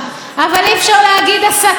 אבל אי-אפשר להגיד הסתה.